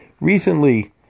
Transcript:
Recently